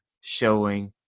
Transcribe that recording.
showing